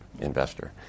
investor